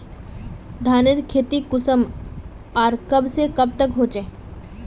धानेर खेती कुंसम आर कब से कब तक होचे?